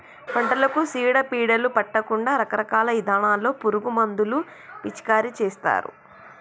పంటలకు సీడ పీడలు పట్టకుండా రకరకాల ఇథానాల్లో పురుగు మందులు పిచికారీ చేస్తారు